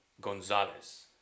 Gonzalez